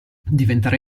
diventare